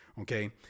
okay